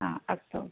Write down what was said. हा अस्तु